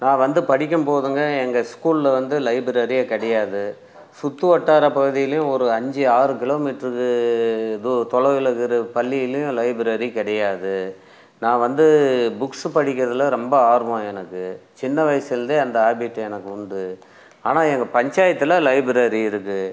நான் வந்து படிக்கும் போதுங்க எங்கள் ஸ்கூலில் வந்து லைப்ரரியே கிடையாது சுற்று வட்டார பகுதியிலையும் ஒரு அஞ்சு ஆறு கிலோ மீட்டருக்கு தூ தொலைவில் இருக்கிற பள்ளியிலையும் லைப்ரரி கிடையாது நான் வந்து புக்ஸ்ஸு படிக்கிறதில் ரொம்ப ஆர்வம் எனக்கு சின்ன வயசுலேந்தே அந்த ஹேபிட் எனக்கு உண்டு ஆனால் எங்கள் பஞ்சாயத்தில் லைப்ரரி இருக்கு